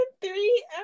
three